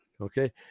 okay